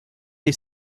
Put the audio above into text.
est